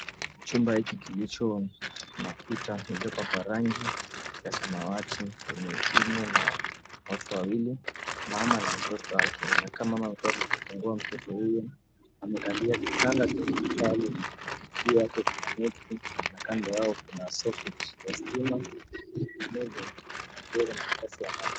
Chumba hiki kilicho na kuta kilicho cha rangi ya samawati, imo na watu wawili. Mama na mtoto wake na kama mama ametoka kujifungua mtoto huyu. Amekalia kitanda. Juu yake kuna neti na kando yao kuna sockets ya stima, kikombe na glasi ya maji.